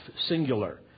singular